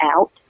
out